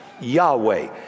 Yahweh